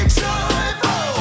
joyful